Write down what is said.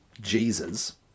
Jesus